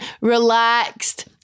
relaxed